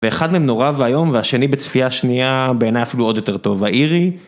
ואחד מהם נורא ואיום והשני בצפייה שנייה בעיניי אפילו עוד יותר טוב, האירי.